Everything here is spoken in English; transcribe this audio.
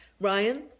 Ryan